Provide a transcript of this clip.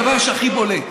הדבר שהכי בולט